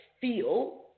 feel